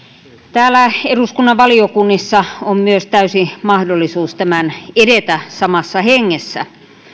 täällä eduskunnan valiokunnissa on myös täysi mahdollisuus tämän edetä samassa hengessä